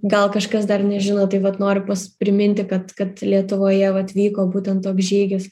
gal kažkas dar nežino tai vat noriu pas priminti kad kad lietuvoje vat vyko būtent žygis